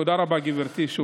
תודה רבה, גברתי, שוב.